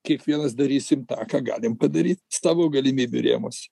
kiekvienas darysim tą ką galim padaryt savo galimybių rėmuose